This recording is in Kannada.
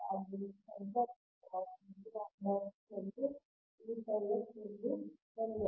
ಆದ್ದರಿಂದ ಸಂಖ್ಯಾತ್ಮಕವಾಗಿ d𝝺x ಮತ್ತು dΦx ಎರಡೂ ಒಂದೇ